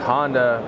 Honda